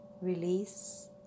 Release